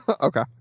okay